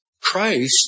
Christ